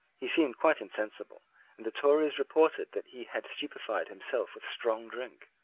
he seemed quite insensible and the tories reported that he had stupified himself with strong drink.